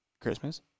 Christmas